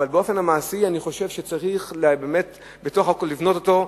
אבל באופן מעשי אני חושב שצריך לבנות אותו,